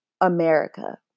America